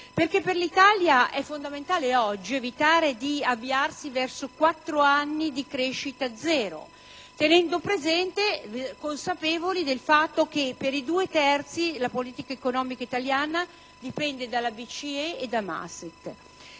Per l'Italia è fondamentale oggi evitare di avviarsi verso quattro anni di crescita zero, consapevoli del fatto che per i due terzi la politica economica italiana dipende dalla BCE e da Maastricht.